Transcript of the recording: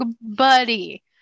buddy